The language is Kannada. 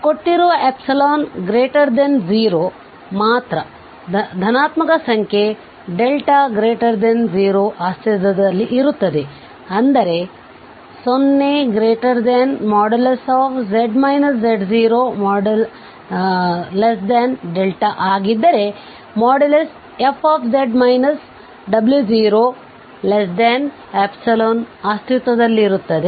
ಕೊಟ್ಟಿರುವ ϵ0 ಮಾತ್ರ ಧನಾತ್ಮಕ ಸಂಖ್ಯೆ δ 0 ಅಸ್ತಿತ್ವದಲ್ಲಿರುತ್ತದೆ ಅಂದರೆ 0z z0δ ಆಗಿದ್ದರೆ fz w0ϵ ಅಸ್ತಿತ್ವದಲ್ಲಿರುತ್ತದೆ